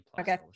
Okay